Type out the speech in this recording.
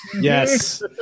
Yes